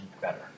better